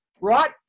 right